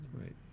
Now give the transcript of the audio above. right